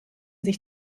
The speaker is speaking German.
sich